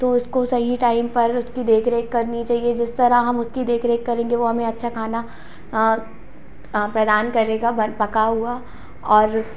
तो उसको सही टाइम पर उसकी देखरेख करनी चाहिए जिस तरह हम इसकी देखरेख करेंगे वो हमें अच्छा खाना प्रदान करेगा व पका हुआ और